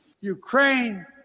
Ukraine